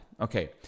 Okay